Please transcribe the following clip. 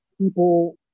people